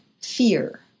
fear